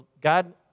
God